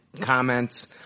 comments